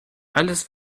alles